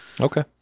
Okay